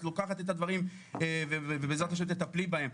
ואת לוקחת את הדברים ובעזרת השם תטפלי בהם.